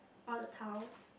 all the tiles